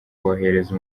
bohereza